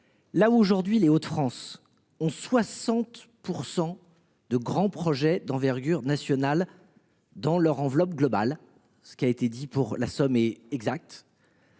Là aujourd'hui, Les Hauts de France ont 60% de grands projets d'envergure nationale dans leur enveloppe globale ce qui a été dit pour la somme est exact.